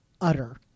utter